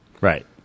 Right